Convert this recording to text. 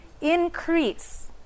increase